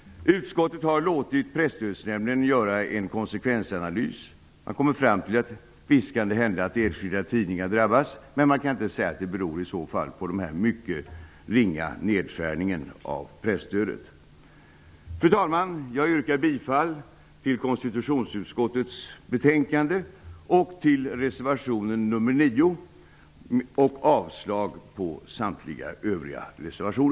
Utskottet har låtit Presstödsnämnden göra en konsekvensanalys, varvid man har kommit fram till att det visst kan hända att enskilda tidningar drabbas. Men man kan inte säga att det beror på denna mycket ringa nedskärning av presstödet. Fru talman! Jag yrkar bifall till reservation nr 9 och i övrigt till utskottets hemställan.